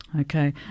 Okay